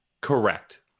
Correct